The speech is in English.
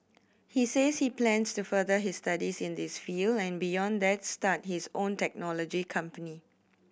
he says he plans to further his studies in this field and beyond that start his own technology company